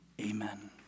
Amen